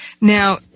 Now